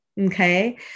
Okay